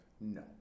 No